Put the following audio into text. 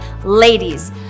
Ladies